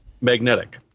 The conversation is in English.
Magnetic